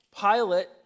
Pilate